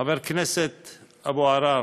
חבר הכנסת אבו עראר,